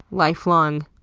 life-long,